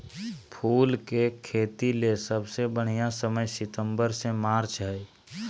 फूल के खेतीले सबसे बढ़िया समय सितंबर से मार्च हई